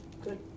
good